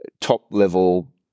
top-level